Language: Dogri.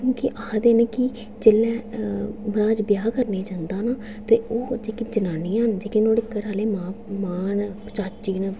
क्योंकि आखदे न कि जेल्लै मर्हाज ब्याह् करने गी जंदा ना ते ओह् जेह्कियां जनानियां होंदियां ते नुहाड़े घरैआह्ले मां न चाचियां न